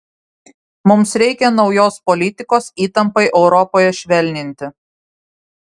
mums reikia naujos politikos įtampai europoje švelninti